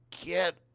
get